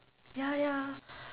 ya ya